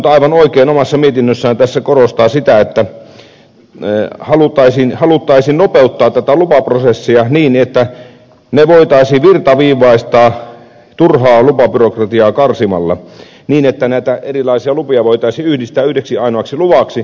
valiokunta aivan oikein tässä omassa mietinnössään korostaa sitä että haluttaisiin nopeuttaa tätä lupaprosessia niin että lupaprosessit voitaisiin virtaviivaistaa turhaa lupabyrokratiaa karsimalla niin että näitä erilaisia lupia voitaisiin yhdistää yhdeksi ainoaksi luvaksi